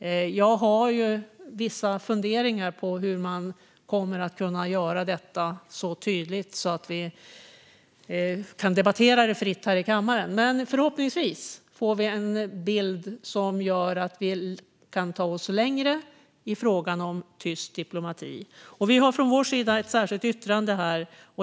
Jag har vissa funderingar om hur man kommer att kunna göra detta så tydligt att vi kan debattera det här i kammaren, men förhoppningsvis får vi en bild som gör att vi kan ta oss längre i frågan om tyst diplomati. Vi har från vår sida ett särskilt yttrande här.